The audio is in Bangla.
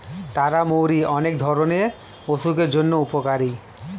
তারা মৌরি অনেক ধরণের অসুখের জন্য উপকারী